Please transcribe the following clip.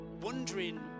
wondering